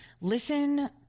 Listen